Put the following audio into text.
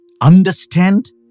understand